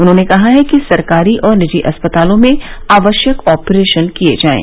उन्होंने कहा कि सरकारी और निजी अस्पतालों में आवश्यक ऑपरेशन किए जाएं